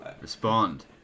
Respond